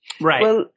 right